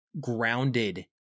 grounded